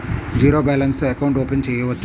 Zero balance తో account open చేయవచ్చు?